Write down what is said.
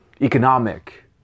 economic